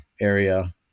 area